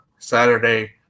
saturday